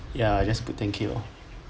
ya just put ten K lor